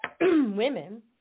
women